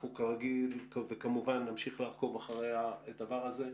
אנחנו כרגיל וכמובן נמשיך לעקוב אחרי הדבר הזה.